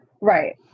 Right